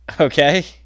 Okay